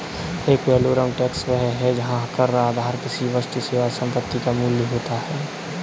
add valorem tax वह है जहां कर आधार किसी वस्तु, सेवा या संपत्ति का मूल्य होता है